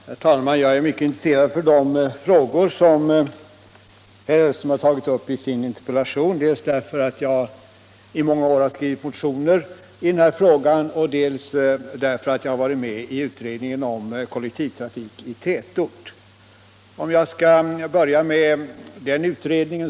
Herr talman! Jag är mycket intresserad av de frågor som herr Hellström tagit upp i sin interpellation, dels därför att jag i många år har skrivit motioner i dessa frågor, dels därför att jag har varit med i utredningen om kollektivtrafik i tätort. Låt mig börja med den utredningen.